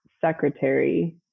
secretary